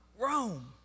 Rome